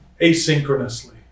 asynchronously